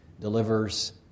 delivers